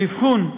האבחון,